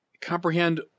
comprehend